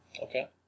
Okay